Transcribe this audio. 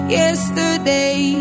yesterday